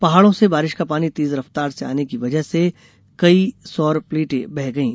पहाड़ों से बारिश का पानी तेज रफ़तार से आने की वजह से कई सौर प्लेटें बह गयी